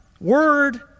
word